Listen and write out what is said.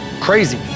crazy